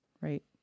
Right